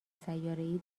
سیارهای